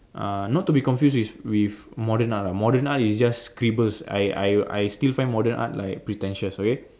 uh not to be confused with with modern art lah modern art is just scribbles I I I still find modern art like pretentious okay